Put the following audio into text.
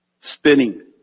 spinning